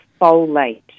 folate